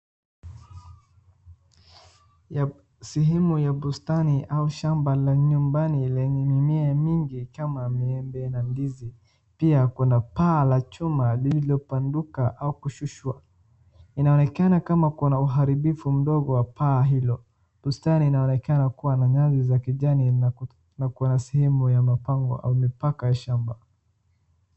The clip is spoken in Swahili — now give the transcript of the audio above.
Ya, sehemu ya bustani au shamba la nyumba lenye mimea mingi kama ya miembe na ndizi. Pia kuna paa ya chuma lililopanduka au kushuswa. Inaonekana kama kuna uharibifu mdogo wa paa hilo. Bustani inaonekana kuwa na nyasi za kijani na k, na kuna sehemu ya mapangwa au mipaka ya shamba.